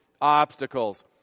obstacles